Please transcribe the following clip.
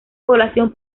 población